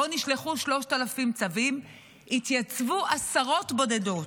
שבו נשלחו 3,000 צווים, התייצבו עשרות בודדות.